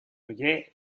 rogue